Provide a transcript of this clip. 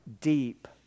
Deep